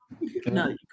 no